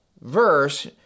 verse